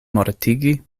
mortigi